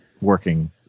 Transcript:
working